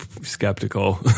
skeptical